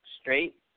straight